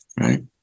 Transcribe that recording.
right